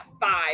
five